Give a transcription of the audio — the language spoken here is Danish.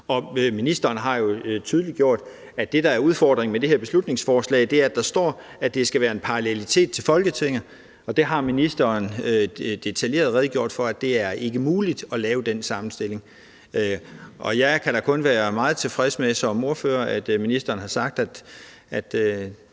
Ministeren har jo tydeliggjort, at det, der er udfordringen med det her beslutningsforslag, er, at der står, at det skal være en parallelitet til Folketinget. Og det har ministeren detaljeret redegjort for ikke er muligt, altså at lave den sammenstilling. Som ordfører kan jeg da kun være meget tilfreds med, at ministeren har sagt,